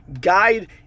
guide